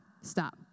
stop